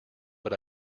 but